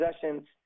possessions